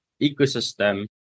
ecosystem